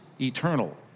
eternal